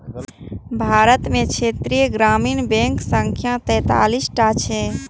भारत मे क्षेत्रीय ग्रामीण बैंकक संख्या तैंतालीस टा छै